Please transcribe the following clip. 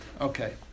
Okay